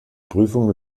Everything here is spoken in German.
prüfungen